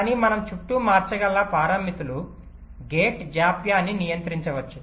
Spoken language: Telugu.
కానీ మనం చుట్టూ మార్చగల పారామితులు గేట్ జాప్యాన్ని నియంత్రించవచ్చు